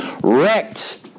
wrecked